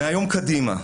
מהיום קדימה,